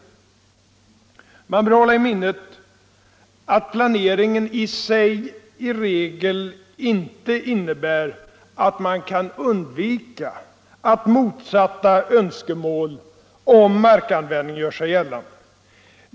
Man bör hålla i minnet att planeringen i sig i regel inte innebär att man kan undvika att motsatta önskemål om markanvändningen gör sig gällande.